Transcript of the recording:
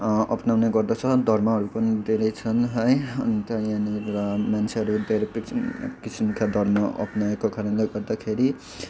अप्नाउने गर्दछ धर्महरू पनि धेरै छन् है अन्त यहाँनिर मान्छेहरू धेरै किसिमका धर्म अप्नाएको कारणले गर्दाखेरि